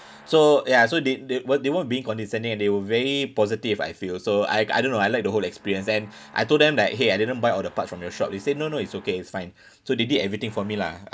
so ya so they they weren't they weren't being condescending and they were very positive I feel so I I don't know I like the whole experience and I told them like !hey! I didn't buy all the parts from your shop they say no no it's okay it's fine so they did everything for me lah